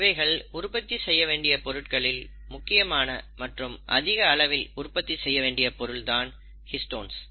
இவைகள் உற்பத்தி செய்யவேண்டிய பொருட்களில் முக்கியமான மற்றும் அதிக அளவில் உற்பத்தி செய்ய வேண்டிய பொருள் தான் ஹிஸ்டோன்ஸ்